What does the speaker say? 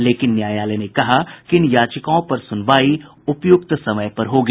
लेकिन न्यायालय ने कहा कि इन याचिकाओं पर सुनवाई उपयुक्त समय पर होगी